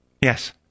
Yes